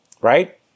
right